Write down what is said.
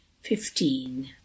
fifteen